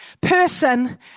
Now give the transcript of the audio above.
person